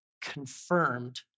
confirmed